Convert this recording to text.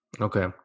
Okay